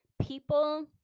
people